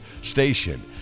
station